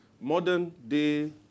modern-day